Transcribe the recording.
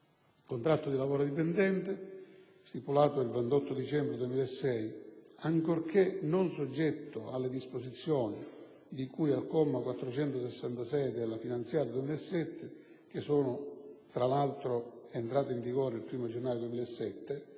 contratto di lavoro dipendente stipulato il 28 dicembre 2006, ancorché non soggetto alle disposizioni di cui al comma 466 della finanziaria 2007, che sono, tra l'altro, entrate in vigore il primo gennaio 2007,